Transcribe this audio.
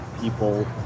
people